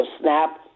snap